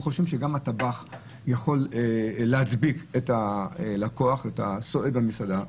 חושבים שגם הטבח יכול להדביק את הסועד במסעדה,